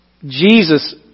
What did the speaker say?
Jesus